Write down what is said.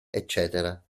eccetera